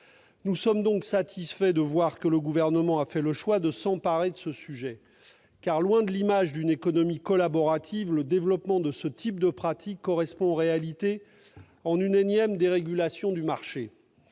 Nous sommes satisfaits de voir que le Gouvernement a fait le choix de s'emparer de ce sujet. Car, loin de l'image d'une économie collaborative, le développement de ce type de pratiques correspond en réalité à une énième dérégulation du marché.